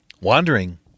wandering